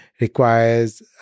requires